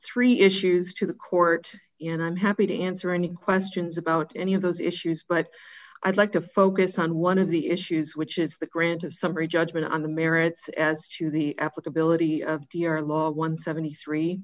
three issues to the court and i'm happy to answer any questions about any of those issues but i'd like to focus on one of the issues which is the grant of summary judgment on the merits as to the applicability of your law one hundred and seventy three